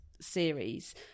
series